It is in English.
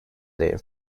their